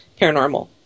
Paranormal